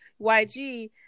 YG